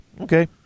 Okay